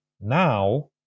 Now